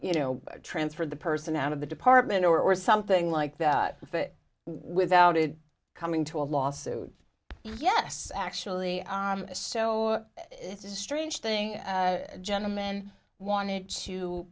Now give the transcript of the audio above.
you know transferred the person out of the department or or something like that but without it coming to a lawsuit yes actually on a so it's a strange thing gentleman wanted to